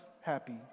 happy